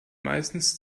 meistens